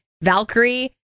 Valkyrie